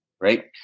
right